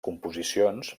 composicions